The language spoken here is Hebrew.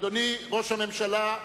אדוני ראש הממשלה,